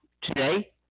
today